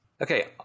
Okay